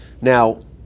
Now